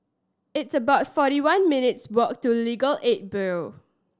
it's about forty one minutes' walk to Legal Aid Bureau